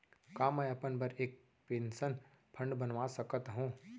का मैं अपन बर एक पेंशन फण्ड बनवा सकत हो?